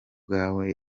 bwawe